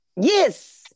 Yes